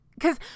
Cause